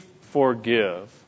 forgive